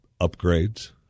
upgrades